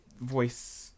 voice